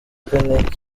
kane